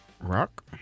Rock